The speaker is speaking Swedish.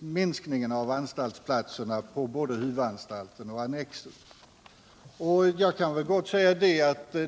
minskningen av anstaltsplatserna på huvudanstalten och annexet.